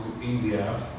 India